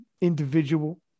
individual